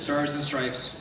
stars and stripes